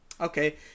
Okay